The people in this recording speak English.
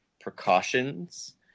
precautions